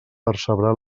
percebrà